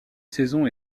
saison